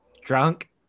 drunk